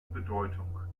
bedeutung